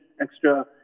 extra